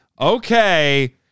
okay